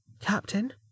captain